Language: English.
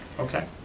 okay,